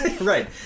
Right